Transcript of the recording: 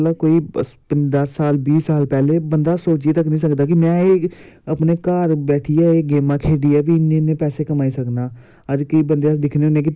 जेह्ड़ा फोक्स होंदा ओह् होना चाहिदा ऐ क्योंकि जे बच्चा खेल्लै गै नेंई ते पढ़ाई च बच्चे दा ध्यान नी जंदा बच्चे दा ध्यान ताहियैं जंदा जे बच्चा खेल्लै ते में इ'यै चाह्नां कि